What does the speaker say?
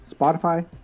Spotify